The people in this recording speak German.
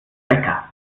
wecker